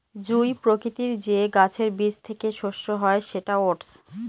জুঁই প্রকৃতির যে গাছের বীজ থেকে শস্য হয় সেটা ওটস